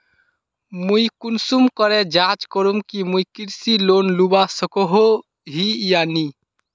मुई कुंसम करे जाँच करूम की मुई कृषि लोन लुबा सकोहो ही या नी?